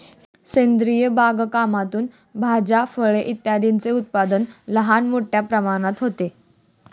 सेंद्रिय बागकामातून भाज्या, फळे इत्यादींचे उत्पादन लहान मोठ्या प्रमाणात होते